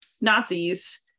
nazis